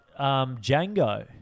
Django